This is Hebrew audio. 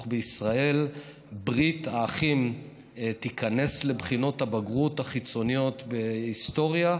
בישראל ברית האחים תיכנס לבחינות הבגרות החיצוניות בהיסטוריה,